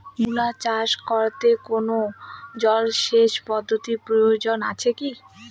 মূলা চাষ করতে কোনো জলসেচ পদ্ধতির প্রয়োজন আছে কী?